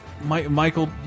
Michael